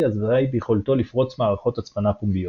אזי ביכולתו לפרוץ מערכות הצפנה פומביות.